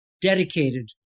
dedicated